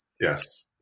Yes